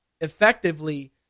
effectively